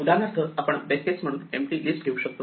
उदाहरणार्थ आपण base case म्हणून एम्पटी लिस्ट घेऊ शकतो